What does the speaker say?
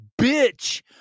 bitch